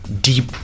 deep